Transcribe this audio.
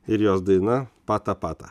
ir jos daina patapata